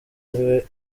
ariwe